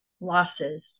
losses